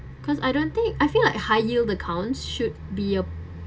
cause I don't think I feel like high yield accounts should be uh